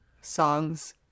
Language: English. songs